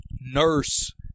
nurse